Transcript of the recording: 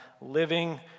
living